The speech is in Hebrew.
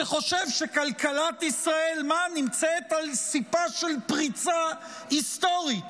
שחושב שכלכלת ישראל נמצאת על סיפה של פריצה היסטורית,